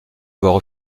voient